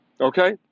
Okay